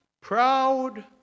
proud